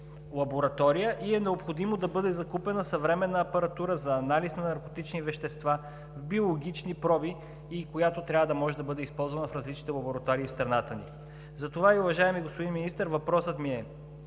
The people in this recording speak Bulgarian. лаборатория и е необходимо да бъде закупена съвременна апаратура за анализ на наркотични вещества с биологични проби и която трябва да може да бъде използвана в различните лаборатории в страната ни. Затова, уважаеми господин Министър, въпросът ми е: